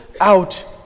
out